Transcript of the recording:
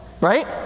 Right